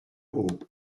haut